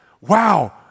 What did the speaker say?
Wow